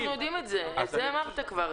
אנחנו יודעים את זה, את זה אמרת כבר.